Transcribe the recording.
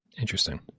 Interesting